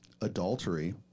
adultery